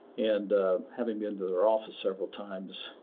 and having been to their office several times,